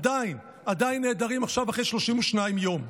עדיין, עדיין נעדרים עכשיו, אחרי 32 יום.